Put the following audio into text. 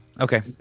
Okay